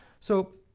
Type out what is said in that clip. so,